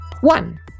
One